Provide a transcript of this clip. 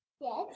Yes